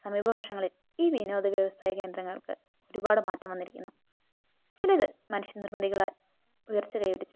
സമീപ വർഷങ്ങളിൽ ഈ വിനോദ വ്യവസായ കേന്ദ്രങ്ങൾക്ക് ഒരുപാട് മാറ്റം വന്നിരിക്കുന്നു ചിലത് മനുഷ്യ നിർമ്മിതികളാൽ ഉയർച്ച കൈവരിച്ചപ്പോൾ